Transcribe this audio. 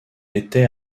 était